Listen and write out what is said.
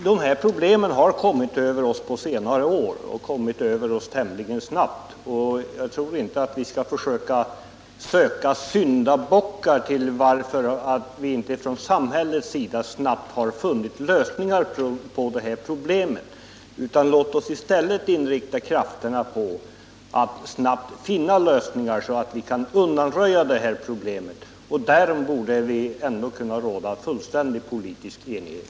De här problemen har kommit över oss på senare år — och tämligen snabbt. Jag tror inte att vi skall söka syndabockar därför att vi inte från samhällets sida snabbt har funnit lösningar på dessa problem. Låt oss i stället inrikta krafterna på att snart finna lösningar, så att vi kan undanröja problemen! Därom borde det ändå kunna råda fullständig politisk enighet.